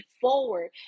forward